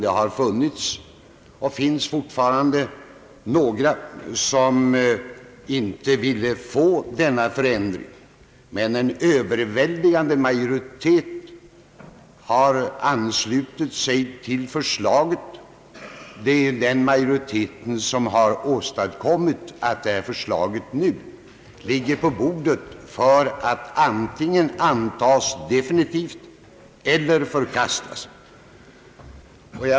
Det har funnits och finns fortfarande några som inte vill gå med på denna förändring, men en överväldigande majoritet har anslutit sig till förslaget. Det är den majoriteten som har åstadkommit att förslaget nu ligger på riksdagens bord för att antingen antas definitivt eller förkastas.